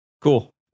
cool